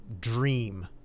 dream